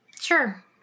Sure